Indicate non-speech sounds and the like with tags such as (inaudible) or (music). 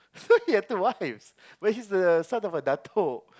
(laughs) he had two wives but he was son of a dato'